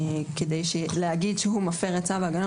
כדי להגיד שהוא מפר את צו ההגנה,